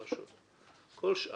זה לא רלוונטי.